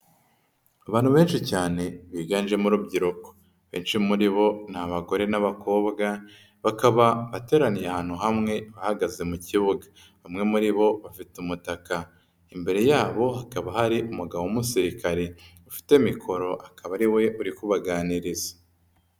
Abantu benshi cyane biganjemo urubyiruko, benshi muri bo ni abagore n'abakobwaba bateraniye ahantu hamwe bahagaze mu kibuga, bamwe muri bo bafite umutaka, imbere yabo hakaba hari umugabo w'umusirikare ufite mikoro akaba ari we uri kubaganiriza.